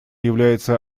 является